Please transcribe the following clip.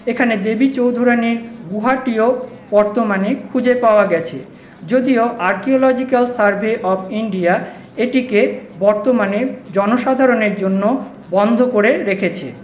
এখানে দেবী চৌধুরানীর গুহাটিও বর্তমানে খুঁজে পাওয়া গেছে যদিও আর্কিওলোজিক্যাল সার্ভে অব ইন্ডিয়া এটিকে বর্তমানে জনসাধারণের জন্য বন্ধ করে রেখেছে